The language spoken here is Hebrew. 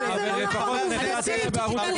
מה זה החוק הזה אם לא בושה וחרפה?